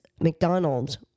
McDonald's